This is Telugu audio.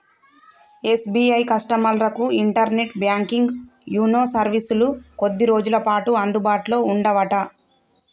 ఎస్.బి.ఐ కస్టమర్లకు ఇంటర్నెట్ బ్యాంకింగ్ యూనో సర్వీసులు కొద్ది రోజులపాటు అందుబాటులో ఉండవట